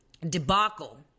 debacle